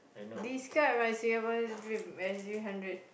describe my saver's dream S_G-hundred